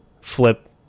flip